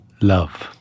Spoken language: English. love